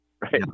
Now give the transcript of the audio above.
right